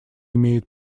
имеет